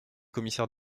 commissaire